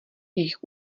jejich